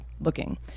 looking